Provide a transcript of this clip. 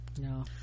no